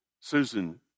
Susan